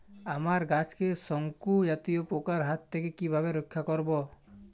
আমার গাছকে শঙ্কু জাতীয় পোকার হাত থেকে কিভাবে রক্ষা করব?